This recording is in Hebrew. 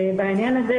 בעניין הזה,